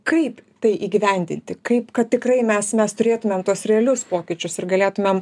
kaip tai įgyvendinti kaip kad tikrai mes mes turėtume tuos realius pokyčius ir galėtumėm